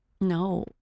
No